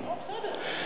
לא, בסדר.